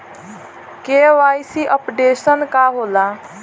KYC updation का होला?